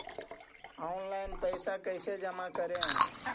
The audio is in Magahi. ऑनलाइन पैसा कैसे जमा करे?